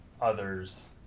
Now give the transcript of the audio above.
others